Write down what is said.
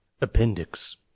appendix